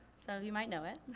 some of you might know it.